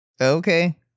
Okay